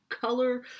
color